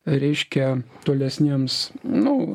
reiškia tolesniems nu